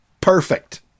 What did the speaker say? perfect